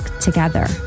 together